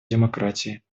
демократий